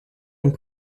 und